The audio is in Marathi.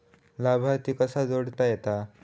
लाभार्थी कसा जोडता येता?